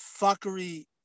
fuckery